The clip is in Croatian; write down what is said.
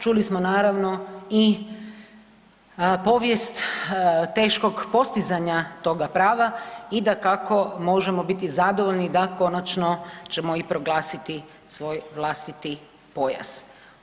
Čuli smo naravno i povijest teškog postizanja toga prava i dakako možemo biti zadovoljni da konačno ćemo i proglasiti svoj vlastiti pojas.